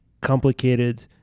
complicated